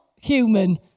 human